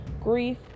grief